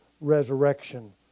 resurrection